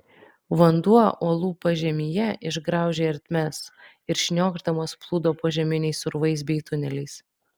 vanduo uolų pažemyje išgraužė ertmes ir šniokšdamas plūdo požeminiais urvais bei tuneliais